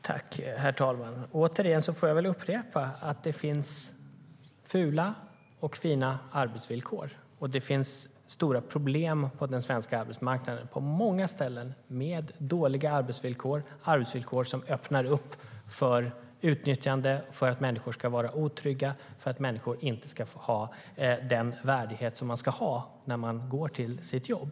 Herr talman! Återigen upprepar jag att det finns fula och fina arbetsvillkor och att det finns stora problem på den svenska arbetsmarknaden på många ställen med dåliga arbetsvillkor som öppnar upp för att utnyttja människor, för att människor ska vara otrygga och för att människor inte ska få ha den värdighet som de ska ha när de går till sitt jobb.